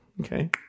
okay